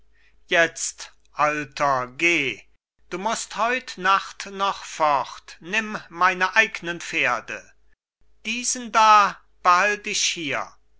jetzt alter geh du mußt heut nacht noch fort nimm meine eignen pferde diesen da behalt ich hier